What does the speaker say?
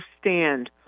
stand